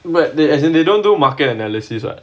but then as in they don't do market analysis right